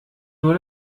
nur